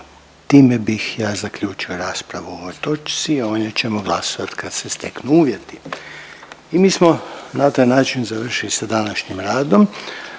Time bih ja zaključio raspravu o ovoj točci, a o njoj ćemo glasovati kad se steknu uvjeti. I mi smo na taj način završili sa današnjim radom.